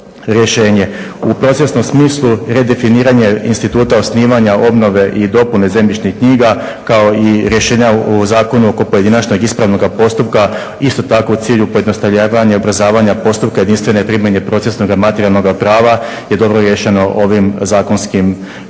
U procesnom smislu redefiniranje instituta osnivanja, obnove i dopune zemljišnih knjiga kao i rješenja u zakonu oko pojedinačnog ispravnoga postupka isto tako u cilju pojednostavljavanja i ubrzavanja postupka jedinstvene primjene procesnoga materijalnoga prava je dobro riješeno ovim zakonskim prijedlogom.